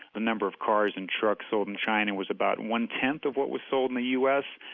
number of cars and trucks sold in china was about one-tenth of what was sold in the u s.